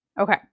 Okay